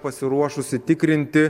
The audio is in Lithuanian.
pasiruošusi tikrinti